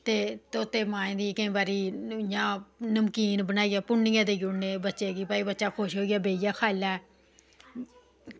ते धोते माहें दी केईं बारी इंया नमकीन बनाइयै भुन्नियै देई ओड़ने बच्चें गी की बच्चा भई खुश होइयै बेहियै खाई लै